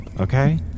Okay